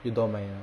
you don't mind ah